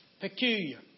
Peculiar